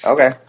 Okay